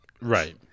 Right